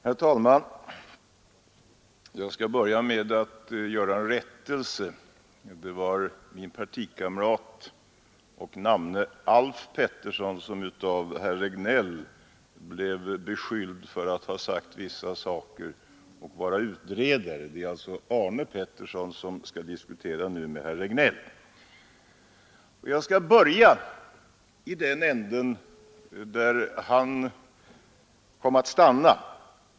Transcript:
Herr talman! Jag skall börja med att göra en rättelse. Det var min partikamrat och namne herr Alf Pettersson i Malmö som av herr Regnéll blev beskylld för att vara utredare och att ha sagt vissa saker. Det är alltså Arne Pettersson som nu skall diskutera med herr Regnéll. Jag skall börja i den ände där han kom att stanna.